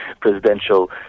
presidential